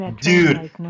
Dude